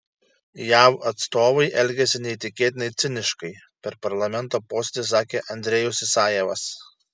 jav atstovai elgiasi neįtikėtinai ciniškai per parlamento posėdį sakė andrejus isajevas